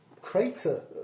crater